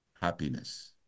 happiness